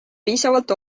piisavalt